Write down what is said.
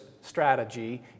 strategy